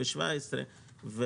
ב-2017,